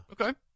okay